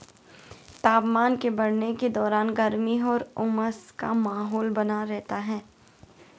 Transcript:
तापमान के बढ़ने के दौरान गर्मी और उमस का माहौल बना रहता है